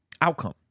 outcome